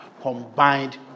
combined